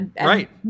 Right